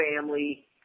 family